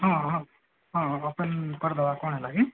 ହଁ ହଁ ହଁ ହଁ ବର୍ତ୍ତମାନ କରିଦେବା କ'ଣ ହେଲା କି